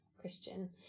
Christian